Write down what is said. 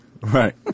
Right